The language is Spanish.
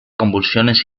convulsiones